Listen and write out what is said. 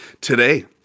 Today